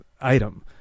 item